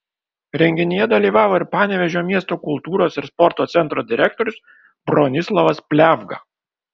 renginyje dalyvavo ir panevėžio miesto kultūros ir sporto centro direktorius bronislovas pliavga